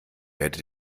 werde